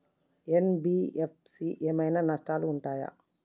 NBFC ఏమైనా నష్టాలు ఉంటయా?